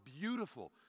beautiful